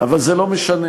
אבל זה לא משנה,